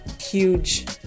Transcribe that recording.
huge